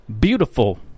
Beautiful